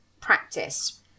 practice